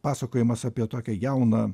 pasakojimas apie tokią jauną